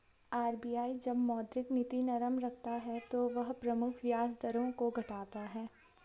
RBI जब मौद्रिक नीति नरम रखता है तो वह प्रमुख ब्याज दरों को घटाता है